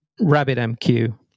RabbitMQ